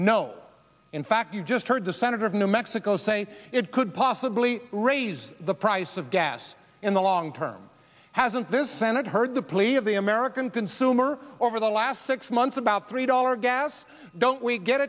no in fact you just heard the senator of new mexico say it could possibly raise the price of gas in the long term hasn't this senate heard the plea of the american consumer over the last six months about three dollars gas don't we get